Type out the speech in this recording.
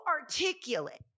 articulate